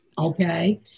Okay